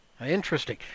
Interesting